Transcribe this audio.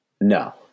No